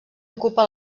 ocupa